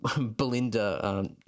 Belinda